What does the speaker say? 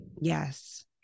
yes